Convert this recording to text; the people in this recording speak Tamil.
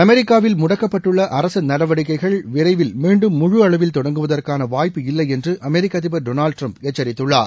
அமெரிக்காவில் முடக்கப்பட்டுள்ள அரசு நடவடிக்கைகள் விளரவில் மீண்டும் முழு அளவில் தொடங்குவதற்கான வாய்ப்பு இல்லை என்று அமெரிக்க அதிபர் டொனால்டு டிரம்ப் எச்சரித்குள்ளார்